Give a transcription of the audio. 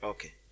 Okay